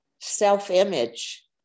self-image